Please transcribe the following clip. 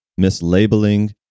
mislabeling